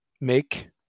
make